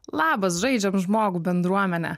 labas žaidžiam žmogų bendruomenę